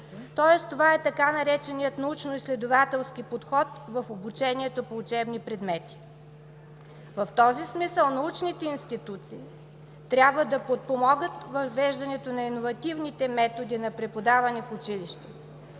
Тоест това е така нареченият „научноизследователски подход“ в обучението по учебни предмети. В този смисъл научните институти трябва да подпомагат въвеждането на иновативните методи на преподаване в училище.